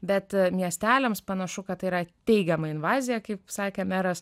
bet miesteliams panašu kad tai yra teigiamą invaziją kaip sakė meras